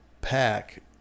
pack